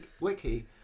wiki